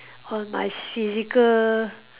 on my physical